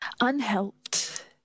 unhelped